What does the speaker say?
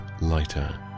lighter